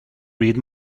read